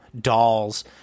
Dolls